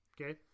Okay